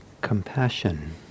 compassion